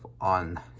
on